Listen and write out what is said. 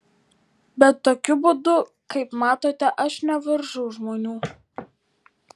bet tokiu būdu kaip matote aš nevaržau žmonių